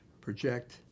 project